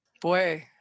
Boy